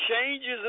changes